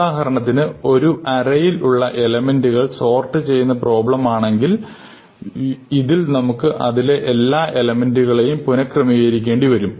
ഉദാഹരണത്തിന് ഒരു ഒരു അറയിൽ ഉള്ള എലെമെന്റുകൾ സോർട്ട് ചെയ്യുന്ന പ്രോബ്ലം ആണെങ്കിൽ ഇതിൽ നമുക്ക് അതിലെ എല്ലാ എലെമെന്റുകളെയും പുനക്രമീകരിക്കേണ്ടി വരും